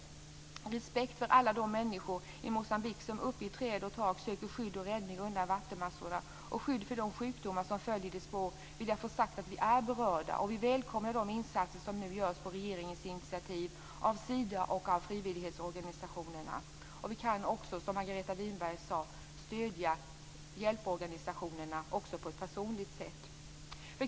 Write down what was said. För att visa respekt för alla de människor i Moçambique som uppe i träd och tak söker skydd och räddning undan vattenmassorna och skydd för de sjukdomar som följer i spåren vill jag få sagt att vi är berörda. Vi välkomnar de insatser som nu görs på regeringens initiativ av Sida och frivilligorganisationerna. Vi kan också, som Margareta Winberg sade, stödja hjälporganisationerna på ett personligt sätt.